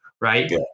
Right